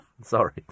Sorry